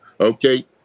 Okay